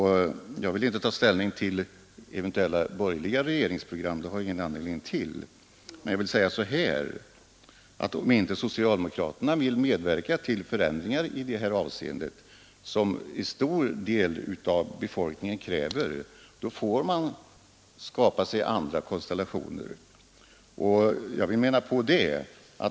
Jag vill inte ta ställning till eventuella borgerliga regeringsprogram — det har jag ingen anledning till — men om inte socialdemokraterna vill medverka till förändringar som en stor del av befolkningen kräver får man skapa andra konstellationer.